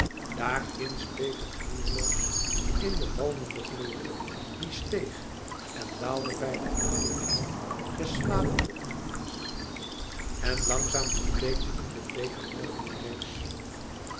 daar ginds bleef het roerloos in den walmenden gloor die steeg en daalde bij den ademhaal des slapenden ondiers en langzaam verbleekte in den bleeken morgen die rees